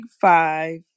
five